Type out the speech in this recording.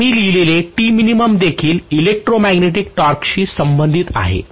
आम्ही लिहिलेले देखील इलेक्ट्रोमॅग्नेटिक टॉर्कशी संबंधित आहे